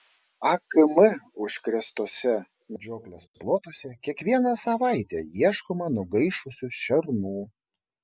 akm užkrėstuose medžioklės plotuose kiekvieną savaitę ieškoma nugaišusių šernų